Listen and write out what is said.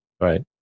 Right